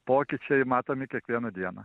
pokyčiai matomi kiekvieną dieną